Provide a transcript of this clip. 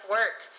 work